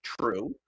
true